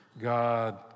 God